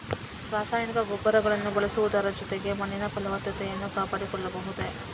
ರಾಸಾಯನಿಕ ಗೊಬ್ಬರಗಳನ್ನು ಬಳಸುವುದರ ಜೊತೆಗೆ ಮಣ್ಣಿನ ಫಲವತ್ತತೆಯನ್ನು ಕಾಪಾಡಿಕೊಳ್ಳಬಹುದೇ?